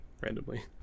randomly